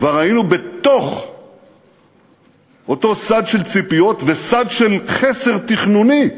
כבר היינו בתוך אותו סד של ציפיות וסד של חסר תכנוני.